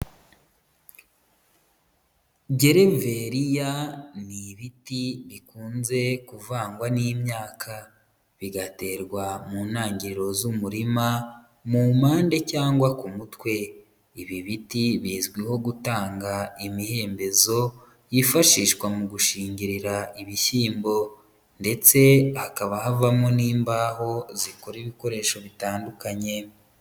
Gereveriya ni ibiti bikunze kuvangwa n'imyaka; bigaterwa mu ntangiriro z'umurima mu mpande cyangwa ku mutwe. Ibi biti bizwiho gutanga imihembezo yifashishwa mu gushingirira ibishyiyimbo, ndetse hakaba havamo n'imbaho zikora ibikoresho bitandukanye.